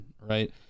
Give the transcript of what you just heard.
Right